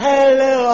Hello